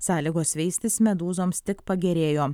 sąlygos veistis medūzoms tik pagerėjo